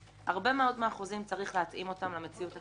הרבה מאוד מהחוזים, צריך להתאימם למציאות הקיימת.